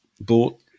bought